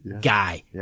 guy